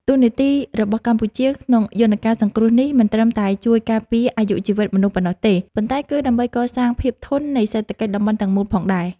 តួនាទីរបស់កម្ពុជាក្នុងយន្តការសង្គ្រោះនេះ មិនត្រឹមតែជួយការពារអាយុជីវិតមនុស្សប៉ុណ្ណោះទេ ប៉ុន្តែ គឺដើម្បីកសាងភាពធន់នៃសេដ្ឋកិច្ចតំបន់ទាំងមូលផងដែរ។